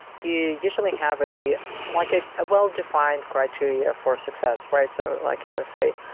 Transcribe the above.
you usually have a like ah ah well-defined criteria for success, right? so like you can say,